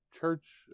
church